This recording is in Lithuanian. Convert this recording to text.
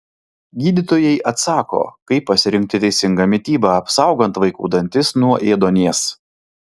gydytojai atsako kaip pasirinkti teisingą mitybą apsaugant vaikų dantis nuo ėduonies